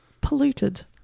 polluted